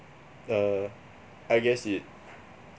err I guess it